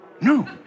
No